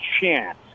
chance